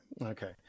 Okay